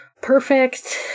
perfect